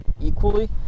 equally